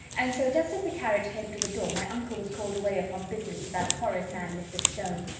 and so just as the carriage came to the door, my uncle was called away upon business to that horrid man mr. stone.